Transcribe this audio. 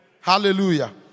Hallelujah